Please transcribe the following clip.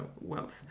wealth